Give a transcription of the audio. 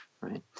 right